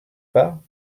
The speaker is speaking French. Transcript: pas